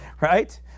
Right